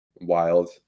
Wild